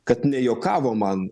kad nejuokavo man